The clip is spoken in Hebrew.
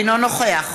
אינו נוכח